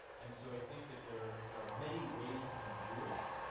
and so, i think that there there are many ways to be jewish.